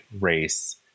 race